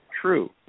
true